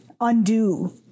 undo